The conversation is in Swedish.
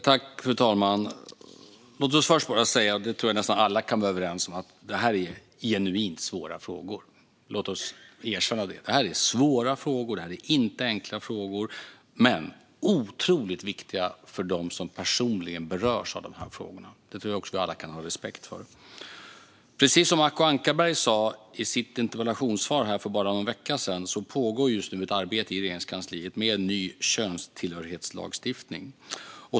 Fru talman! Låt oss först säga något som jag tror att vi alla kan vara överens om. Det här är genuint svåra frågor. Låt oss erkänna det. Det är svåra frågor. Det är inte enkla frågor. Men de är otroligt viktiga för dem som personligen berörs av frågorna. Det tror jag att vi alla kan ha respekt för. Precis som Acko Ankarberg Johansson sa i sitt interpellationssvar för bara någon vecka sedan pågår just nu ett arbete i Regeringskansliet med ny könstillhörighetslagstiftning.